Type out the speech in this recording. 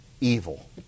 evil